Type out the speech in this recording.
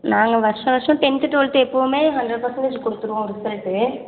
நாங்கள் வருஷா வருஷம் டென்த்து டுவெல்த்து எப்போவுமே ஹண்ரட் பர்சென்டேஜி கொடுத்துருவோம் ரிசல்ட்டு